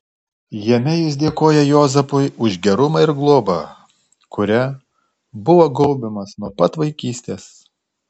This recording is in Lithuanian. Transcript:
jame jis dėkoja juozapui už gerumą ir globą kuria buvo gaubiamas nuo pat vaikystės